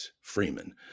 Freeman